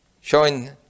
Showing